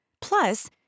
Plus